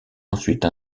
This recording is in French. ensuite